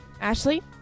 Ashley